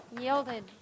Yielded